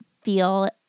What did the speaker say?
feel